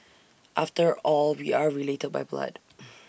after all we are related by blood